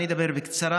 אני אדבר בקצרה,